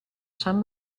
san